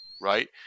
right